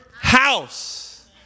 house